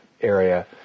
area